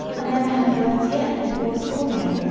i never had words yet with horse or mare,